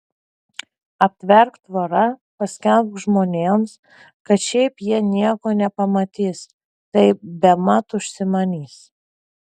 aptverk tvora paskelbk žmonėms kad šiaip jie nieko nepamatys tai bemat užsimanys